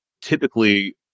typically